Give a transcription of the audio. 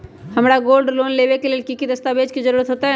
हमरा gold loan लेबे के लेल कि कि दस्ताबेज के जरूरत होयेत?